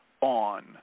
on